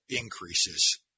increases